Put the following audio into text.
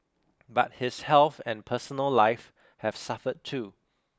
but his health and personal life have suffered too